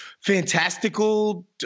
fantastical